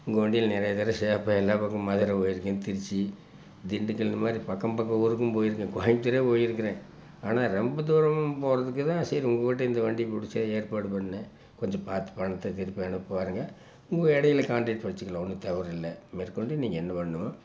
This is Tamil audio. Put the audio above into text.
உங்கள் வண்டியில் நிறைய தடவ சேஃப்பாக எல்லா பக்கமும் மதுரை போயிருக்கேன் திருச்சி திண்டுக்கல் இந்த மாதிரி பக்கம் பக்கம் ஊருக்கும் போயிருக்கேன் கோயம்புத்தூரே போய் இருக்கிறேன் ஆனால் ரொம்ப தூரம் போவதுக்கு தான் சரி உங்கள் கிட்டே இந்த வண்டி பிடிச்சேன் ஏற்பாடு பண்ணிணேன் கொஞ்சம் பார்த்து பணத்தை திருப்பி அனுப்பப்பாருங்க உங்கள் இடையில் கான்டக்ட் வச்சுக்கிலாம் ஒன்றும் தவறு இல்லை மேற்கொண்டு நீங்கள் என்ன பண்ணுமோ